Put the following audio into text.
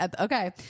okay